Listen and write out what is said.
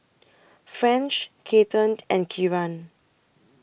French Cathern and Kieran